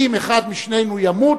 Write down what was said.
אם אחד משנינו ימות,